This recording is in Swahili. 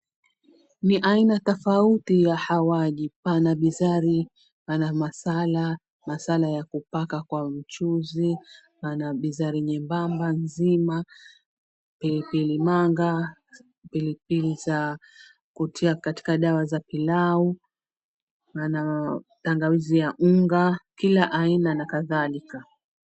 Ni aina tofauti ya hawaji pale pana binzari, pana masala ya kupaka kwa mchuzi, pana binzari nyembamba nzima, pilipili manga, pilipili za kutia katika dawa za pilau na tangawizi ya unga. Kila aina na kadhalika.